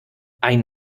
ein